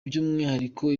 by’umwihariko